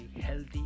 healthy